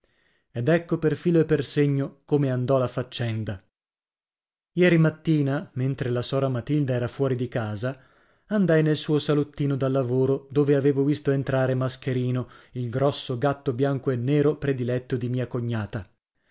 ed ecco per filo e per segno come andò la faccenda ieri mattina mentre la sora matilde era fuori di casa andai nel suo salottino da lavoro dove avevo visto entrare mascherino il grosso gatto bianco e nero prediletto di mia cognata